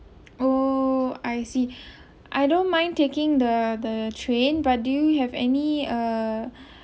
oh I see I don't mind taking the the train but do you have any uh